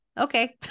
Okay